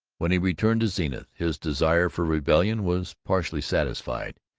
when he returned to zenith, his desire for rebellion was partly satisfied.